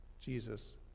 Jesus